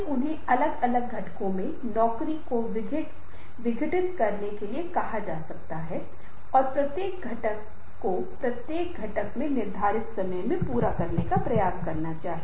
मुझे इस प्रस्तुति के लिए खुद को गति देने की आवश्यकता है मुझे इसे 35 मिनट में पूरा करने की जरूरत है